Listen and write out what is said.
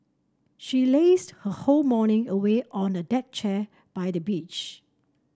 she lazed her whole morning away on a deck chair by the beach